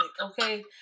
okay